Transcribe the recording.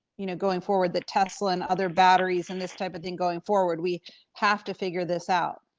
you know, going forward that tesla and other batteries and this type of thing going forward we have to figure this out.